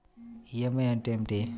EMI అంటే ఏమిటి?